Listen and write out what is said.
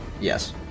Yes